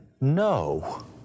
No